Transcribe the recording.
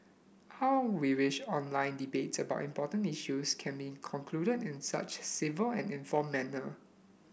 how we wish online debates about important issues can be concluded in such a civil and informed manner